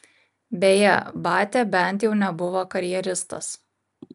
beje batia bent jau nebuvo karjeristas